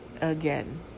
again